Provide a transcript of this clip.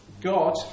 God